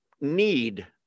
need